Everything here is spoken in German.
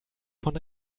von